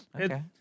Okay